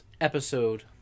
episode